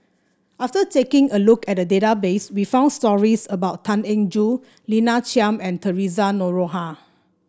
after taking a look at database we found stories about Tan Eng Joo Lina Chiam and Theresa Noronha